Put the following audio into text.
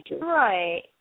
Right